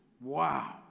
Wow